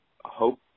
Hope